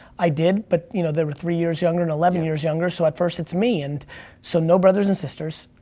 i did, but you know, they were three years younger and eleven years younger, so at first it's me. and so, no brothers and sisters.